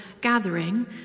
gathering